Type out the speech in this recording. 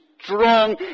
strong